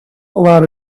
allowed